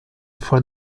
for